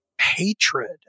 hatred